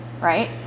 Right